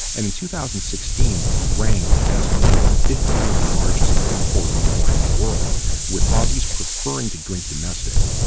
and in two thousand and sixteen it ranked as only the fifteenth largest importer of wine in the world with aussies preferring to drink domestic,